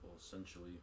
essentially